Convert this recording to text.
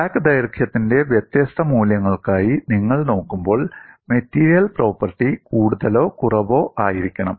crack ദൈർഘ്യത്തിന്റെ വ്യത്യസ്ത മൂല്യങ്ങൾക്കായി നിങ്ങൾ നോക്കുമ്പോൾ മെറ്റീരിയൽ പ്രോപ്പർട്ടി കൂടുതലോ കുറവോ ആയിരിക്കണം